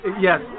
Yes